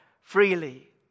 freely